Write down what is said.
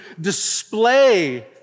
display